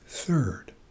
Third